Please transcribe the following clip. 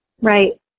Right